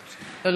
לא,